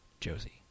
Josie